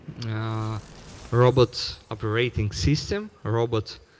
ah robot operating system, robot